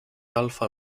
alfa